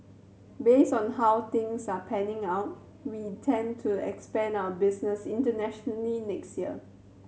based on how things are panning out we tend to expand our business internationally next year